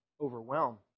overwhelm